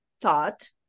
thought